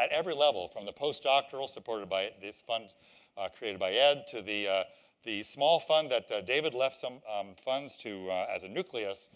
at every level, from the postdoctoral supported by these funds created by ed, to the the small fund that david left some funds to, as a nucleus,